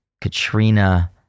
Katrina